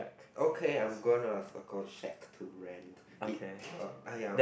okay I'm gone to circle shack to rent it uh !aiya!